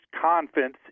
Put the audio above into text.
confidence